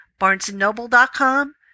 BarnesandNoble.com